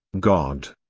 god.